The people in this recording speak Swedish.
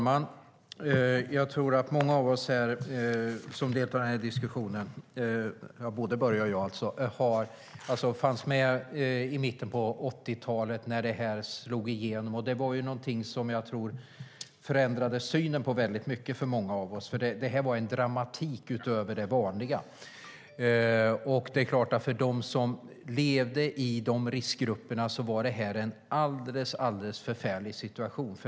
Herr talman! Vi som deltar i den här diskussionen - både Börje och jag - fanns med i mitten av 80-talet när detta slog igenom. Det förändrade nog synen på mycket för många av oss. Detta var en dramatik utöver det vanliga. För dem som levde i riskgrupperna var det här en alldeles förfärlig situation.